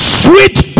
sweet